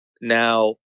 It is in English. now